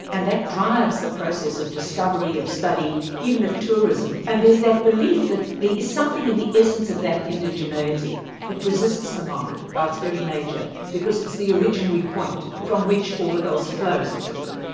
and that drives the process of discovery, of study, even of tourism, and there's that belief that there is something in the essence of that indigeneity that resists the market by its very nature, because it's the originary point from which all else flows as it were,